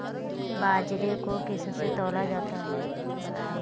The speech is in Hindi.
बाजरे को किससे तौला जाता है बताएँ?